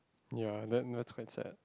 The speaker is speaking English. ya then that's quite sad